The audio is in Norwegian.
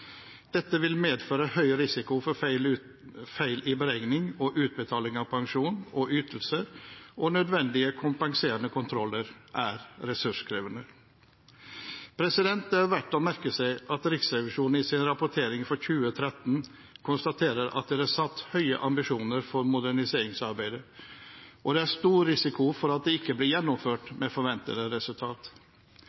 Dette ville medføre høy risiko for feil beregning og utbetaling av pensjon og ytelser, og nødvendige kompenserende kontroller er ressurskrevende. Det er verdt å merke seg at Riksrevisjonen i sin rapportering for 2013 konstaterer at det er satt høye ambisjoner for moderniseringsarbeidet, og at det er stor risiko for at det ikke blir gjennomført med forventede